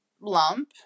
lump